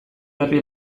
berri